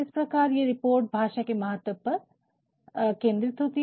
इस प्रकार ये रिपोर्ट भाषा के महत्व पर केंद्रित होती होती है